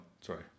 Sorry